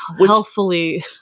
healthfully